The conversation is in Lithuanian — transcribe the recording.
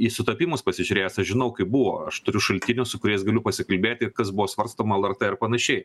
į sutapimus pasižiūrėjęs aš žinau kaip buvo aš turiu šaltinių su kuriais galiu pasikalbėti kas buvo svarstoma lrt ir panašiai